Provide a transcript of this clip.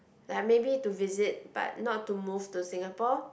like maybe to visit but not to move to Singapore